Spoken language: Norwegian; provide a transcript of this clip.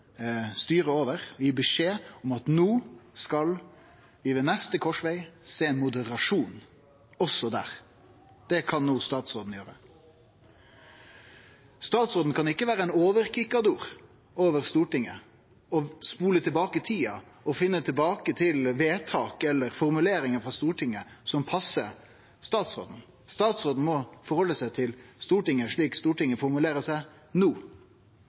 over, om at vi ved neste korsveg skal sjå ein moderasjon også der. Det kan statsråden no gjere. Statsråden kan ikkje vere ein overkikador for Stortinget, spole tilbake tida og finne tilbake til vedtak eller formuleringar frå Stortinget som passar statsråden. Statsråden må halde seg til Stortinget slik Stortinget formulerer seg no.